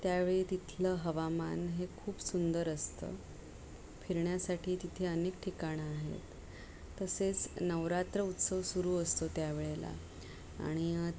त्यावेळी तिथलं हवामान हे खूप सुंदर असतं फिरण्यासाठी तिथे अनेक ठिकाणं आहेत तसेच नवरात्र उत्सव सुरू असतो त्यावेळेला आणि